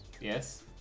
yes